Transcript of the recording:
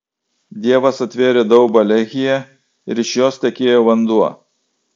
dievas atvėrė daubą lehyje ir iš jos tekėjo vanduo